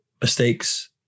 mistakes